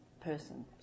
person